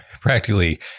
practically